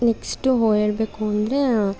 next ಹೇಳಬೇಕು ಅಂದರೆ